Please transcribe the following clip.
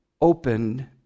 opened